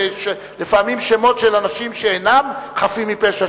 ולפעמים שמות של אנשים שאינם חפים מפשע,